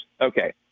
Okay